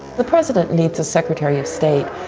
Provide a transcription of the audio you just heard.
the president needs a secretary of state.